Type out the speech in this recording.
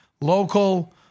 local